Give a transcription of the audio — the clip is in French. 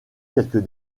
quelque